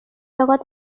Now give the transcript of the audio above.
লগত